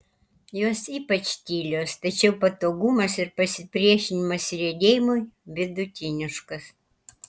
jos ypač tylios tačiau patogumas ir pasipriešinimas riedėjimui vidutiniškas